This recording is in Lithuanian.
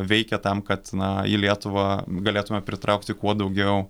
veikia tam kad na į lietuvą galėtumėme pritraukti kuo daugiau